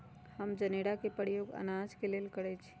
हम जनेरा के प्रयोग अनाज के लेल करइछि